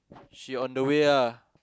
she on the way ah